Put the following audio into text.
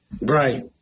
Right